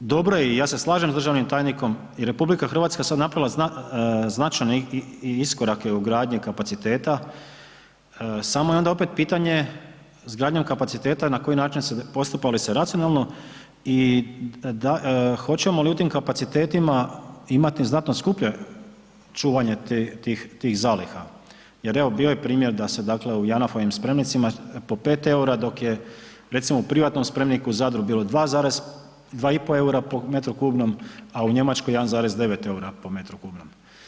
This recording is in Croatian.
Dobro je i ja se slažem s državnim tajnikom i RH sad napravila značajne iskorake u gradnji kapaciteta, samo je onda opet pitanje izgradnjom kapaciteta na koji način, postupa li se racionalno i hoćemo li u tim kapacitetima imati znatno skuplje čuvanje tih zaliha, jer evo bio je primjer da se dakle u JANAF-ovim spremnicima po 5 EUR-a, dok je recimo u privatnom spremniku u Zadru bilo 2, 2 i po EUR-a po m3, a u Njemačkoj 1,9 po m3.